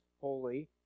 holy